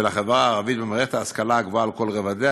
החברה הערבית במערכת ההשכלה הגבוהה על כל רבדיה,